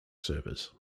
servers